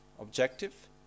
objective